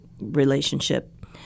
relationship